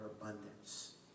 abundance